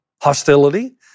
hostility